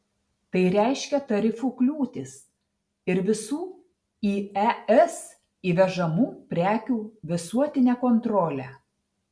tai reiškia tarifų kliūtis ir visų į es įvežamų prekių visuotinę kontrolę